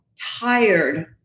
tired